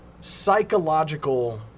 psychological